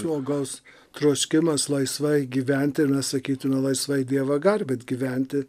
žmogaus troškimas laisvai gyventi ir na sakytume laisvai dievą garbinti gyventi